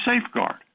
safeguard